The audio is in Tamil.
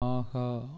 ஆஹா